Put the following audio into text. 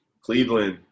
Cleveland